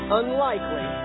unlikely